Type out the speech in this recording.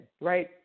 right